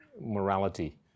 morality